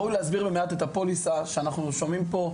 ראוי להסביר את הפוליסה שאנחנו משלמים פה,